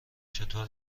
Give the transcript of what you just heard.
چطور